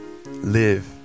Live